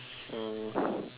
um